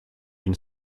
une